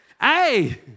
Hey